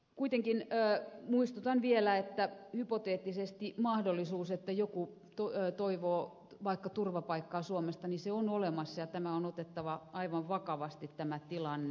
kuitenkin muistutan vielä että hypoteettisesti mahdollisuus että joku toivoo vaikka turvapaikkaa suomesta on olemassa ja on otettava aivan vakavasti tämä tilanne